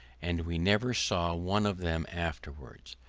and we never saw one of them afterwards.